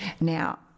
Now